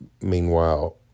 Meanwhile